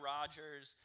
Rogers